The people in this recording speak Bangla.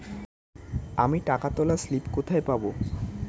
আমি টাকা তোলার স্লিপ কোথায় পাবো?